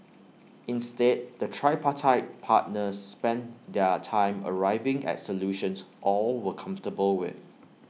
instead the tripartite partners spent their time arriving at solutions all were comfortable with